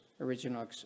original